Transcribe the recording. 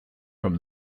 from